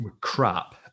crap